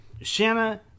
Shanna